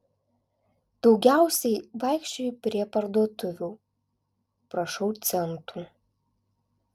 daugiausiai vaikščioju prie parduotuvių prašau centų